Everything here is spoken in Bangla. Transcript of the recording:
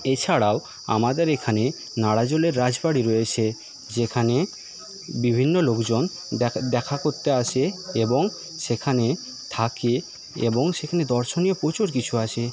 এছাড়াও আমাদের এখানে নাড়াজোলের রাজবাড়ি রয়েছে যেখানে বিভিন্ন লোকজন দেখা দেখা করতে আসে এবং সেখানে থাকে এবং সেখানে দর্শনীয় প্রচুর কিছু আছে